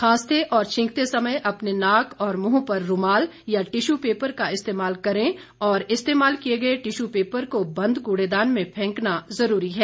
खांसते और छींकते समय अपने नाक और मुंह पर रूमाल या टिश्यू पेपर का इस्तेमाल करें और इस्तेमाल किये गये टिश्यू पेपर को बंद कूड़ेदान में फेंकना जरूरी है